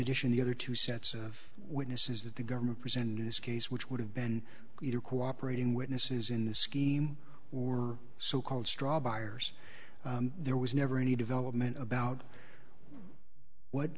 addition the other two sets of witnesses that the government presented in this case which would have been either cooperating witnesses in the scheme or so called straw buyers there was never any development about what